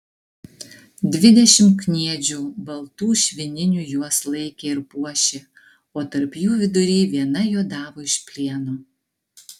dvidešimt kniedžių baltų švininių juos laikė ir puošė o tarp jų vidury viena juodavo iš plieno